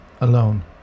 alone